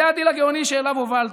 זה הדיל הגאוני שאליו הובלת: